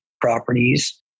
properties